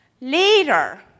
later